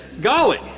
golly